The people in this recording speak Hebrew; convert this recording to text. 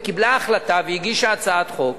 וקיבלה החלטה והגישה הצעת חוק